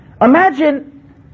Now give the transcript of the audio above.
Imagine